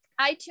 iTunes